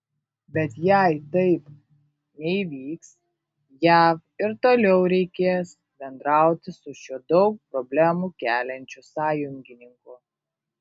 bet jei taip neįvyks jav ir toliau reikės bendrauti su šiuo daug problemų keliančiu sąjungininku